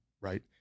right